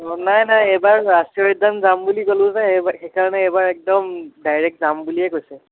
অঁ নাই নাই এইবাৰ ৰাষ্ট্ৰীয় উদ্যান যাম বুলি ক'লো যে সেইকাৰণে এইবাৰ একদম ডাইৰেক্ট যাম বুলিয়েই কৈছে